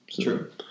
True